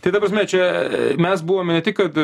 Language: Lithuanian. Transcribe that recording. tai ta prasme čia mes buvom ne tik kad